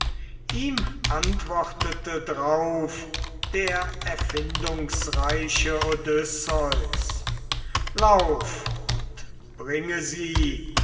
ihm antwortete drauf der erfindungsreiche odysseus lauf und bringe sie